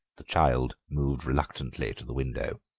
the child moved reluctantly to the window.